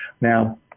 now